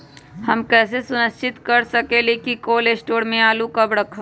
हम कैसे सुनिश्चित कर सकली ह कि कोल शटोर से आलू कब रखब?